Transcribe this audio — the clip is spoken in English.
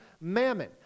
mammon